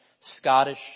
Scottish